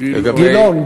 גילאון,